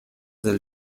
del